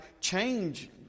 change